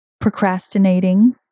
procrastinating